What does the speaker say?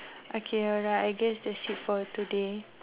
okay alright I guess that's it for today